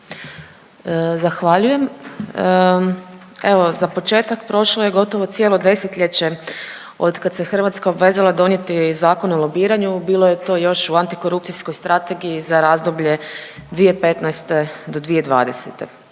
Zahvaljujem. Evo za početak, prošlo je gotovo cijelo 10-ljeće otkad se Hrvatska obvezala donijeti Zakon o lobiranju, bilo je to još u antikorupcijskoj strategiji za razdoblje 2015. do 2020..